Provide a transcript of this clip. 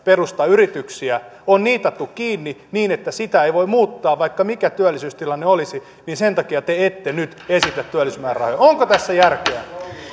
perustaa yrityksiä on niitattu kiinni niin että sitä ei voi muuttaa vaikka mikä työllisyystilanne olisi niin sen takia te ette nyt esitä työllisyysmäärärahoja onko tässä järkeä